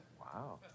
Wow